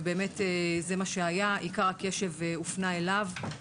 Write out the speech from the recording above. ובאמת זה מה שהיה עיקר הקשב הופנה אליו.